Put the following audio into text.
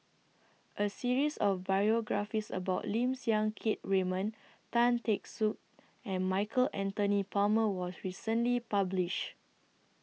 A series of biographies about Lim Siang Keat Raymond Tan Teck Soon and Michael Anthony Palmer was recently published